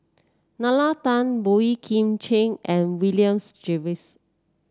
Nalla Tan Boey Kim Cheng and Williams Jervois